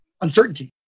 uncertainty